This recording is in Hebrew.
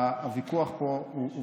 הוויכוח פה הוא ויכוח,